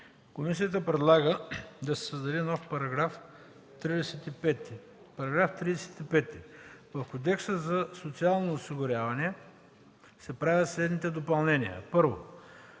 Комисията предлага да се създаде нов § 35: „§ 35. В Кодекса за социално осигуряване се правят следните допълнения: 1.